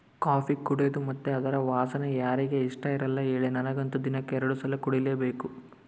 coffee ಕುಡೇದು ಮತ್ತೆ ಅದರ ವಾಸನೆ ಯಾರಿಗೆ ಇಷ್ಟಇರಲ್ಲ ಹೇಳಿ ನನಗಂತೂ ದಿನಕ್ಕ ಎರಡು ಸಲ ಕುಡಿಲೇಬೇಕು